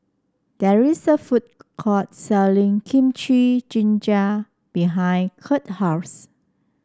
there is a food court selling Kimchi Jjigae behind Curt house